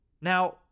Now